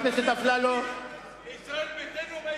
חבר הכנסת אפללו.